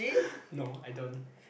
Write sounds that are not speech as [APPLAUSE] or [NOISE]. [LAUGHS] no I don't